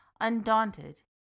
Undaunted